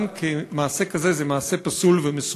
גם מעשה כזה הוא מעשה פסול ומסוכן.